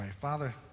Father